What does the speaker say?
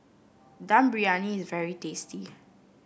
Dum Briyani is very tasty